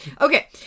Okay